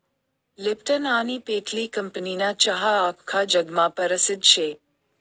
Lipton आनी पेटली कंपनीना चहा आख्खा जगमा परसिद्ध शे